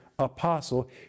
apostle